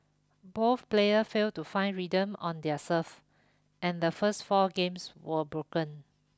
both player failed to find rhythm on their serve and the first four games were broken